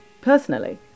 personally